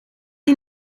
die